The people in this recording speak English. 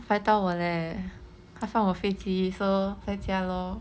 paitao 我 leh 他放我飞机 so 在家 lor